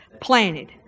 planted